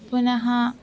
पुनः